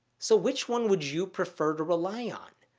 so which one would you prefer to rely on?